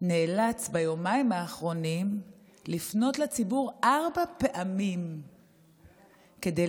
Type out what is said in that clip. נאלץ ביומיים האחרונים לפנות לציבור ארבע פעמים כדי